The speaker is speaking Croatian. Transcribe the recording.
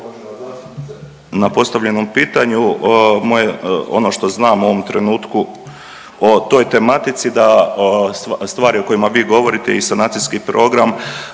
na postavljenom pitanju. Moje, ono što znam u ovom trenutku o toj tematici da stvari o kojima vi govorite i sanacijski program